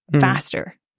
faster